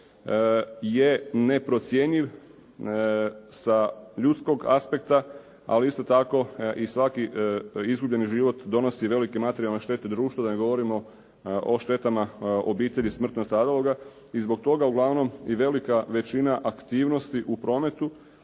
je neprocjenjiv sa ljudskog aspekta, ali isto tako i svaki izgubljeni život donosi velike materijalne štete društvu, da ne govorimo o štetama obitelji smrtno stradaloga. I zbog toga uglavnom i velika većina aktivnosti u prometu